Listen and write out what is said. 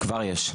כבר יש.